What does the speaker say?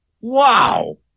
wow